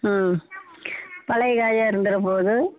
ம் பழைய காயாக இருந்துட போகுது